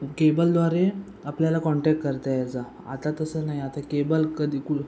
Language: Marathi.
केबलद्वारे आपल्याला कॉन्टॅक्ट करता यायचा आता तसं नाही आता केबल कधी कुल